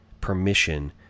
permission